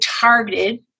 targeted